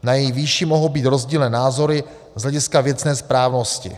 Na její výši mohou být rozdílné názory z hlediska věcné správnosti.